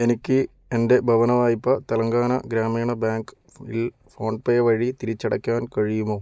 എനിക്ക് എൻ്റെ ഭവനവായ്പ തെലങ്കാന ഗ്രാമീണ ബാങ്ക് ൽ ഫോൺപേ വഴി തിരിച്ചടയ്ക്കാൻ കഴിയുമോ